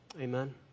Amen